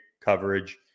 coverage